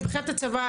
מבחינת הצבא,